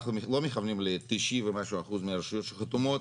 אנחנו לא מכוונים ל-90% ומשהו מהרשויות שחתומות,